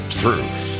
truth